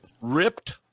ripped